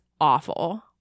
awful